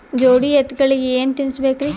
ಜೋಡಿ ಎತ್ತಗಳಿಗಿ ಏನ ತಿನಸಬೇಕ್ರಿ?